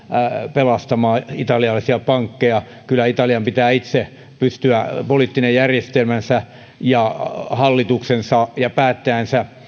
pelastamaan italialaisia pankkeja kyllä italian pitää itse pystyä poliittinen järjestelmänsä ja hallituksensa ja päättäjänsä